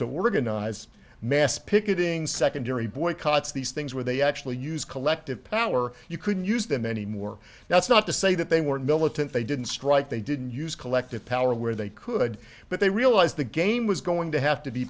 eyes mass picketing secondary boycotts these things where they actually use collective power you couldn't use them anymore that's not to say that they were militant they didn't strike they didn't use collective power where they could but they realized the game was going to have to be